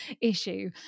issue